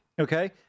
Okay